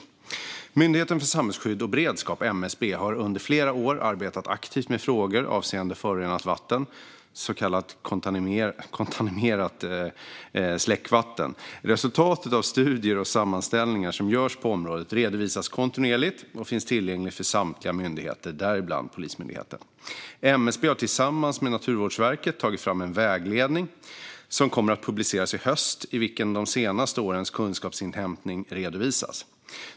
Myndigheten för samhällsskydd och beredskap, MSB, har under flera år arbetat aktivt med frågor avseende förorenat vatten, så kallat kontaminerat släckvatten. Resultat av studier och sammanställningar som görs på området redovisas kontinuerligt och finns tillgängligt för samtliga myndigheter, däribland Polismyndigheten. MSB har tillsammans med Naturvårdsverket tagit fram en vägledning som kommer att publiceras i höst, i vilken de senaste årens kunskapsinhämtning redovisas.